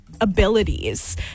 abilities